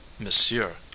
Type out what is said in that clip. Monsieur